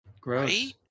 Gross